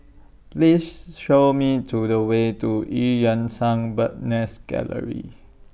Please Show Me to The Way to EU Yan Sang Bird's Nest Gallery